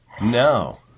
No